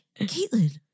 Caitlin